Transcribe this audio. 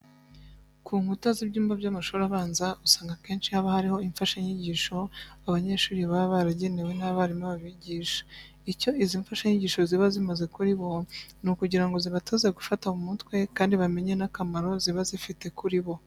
Ku nkuta z'ibyumba by'amashuri abanza usanga akenshi haba hariho imfashanyigisho, abanyeshuri baba baragenewe n'abarimu babigisha. Icyo izi mfashanyigisho ziba zimaze kuri bo, ni ukugira ngo zibatoze gufata mu mutwe kandi bamenye n'akamaro ziba zifite kuri bo.